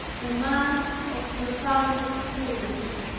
a man of profound experience,